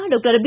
doctor B